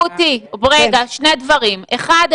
שני דברים: אחד,